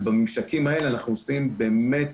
ובממשקים האלה אנחנו עושים באמת,